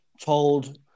told